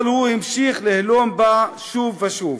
אבל הוא המשיך להלום בה שוב ושוב".